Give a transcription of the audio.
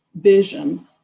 vision